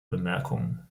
bemerkungen